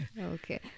Okay